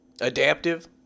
adaptive